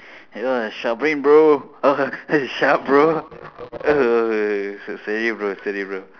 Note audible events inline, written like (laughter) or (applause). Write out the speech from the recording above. oh bro (laughs) bro (laughs) steady bro steady bro